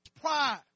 Pride